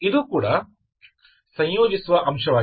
ಇದು ಒಂದು ಸಂಯೋಜಿಸುವ ಅಂಶವಾಗಿದೆ